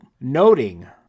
Noting